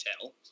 tell